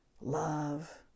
love